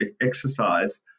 exercise